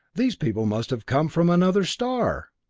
these people must have come from another star!